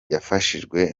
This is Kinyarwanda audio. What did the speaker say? yafashijwe